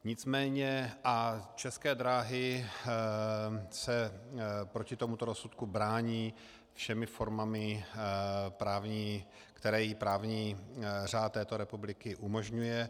Nicméně České dráhy se proti tomuto rozsudku brání všemi formami, které jí právní řád této republiky umožňuje.